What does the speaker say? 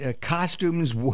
Costumes